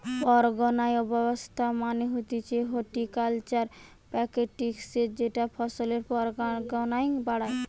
পরাগায়ন ব্যবস্থা মানে হতিছে হর্টিকালচারাল প্র্যাকটিসের যেটা ফসলের পরাগায়ন বাড়ায়